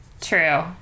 True